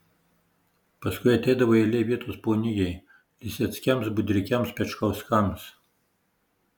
paskui ateidavo eilė vietos ponijai liseckiams budrikiams pečkauskams